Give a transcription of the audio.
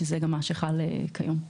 שחל גם היום.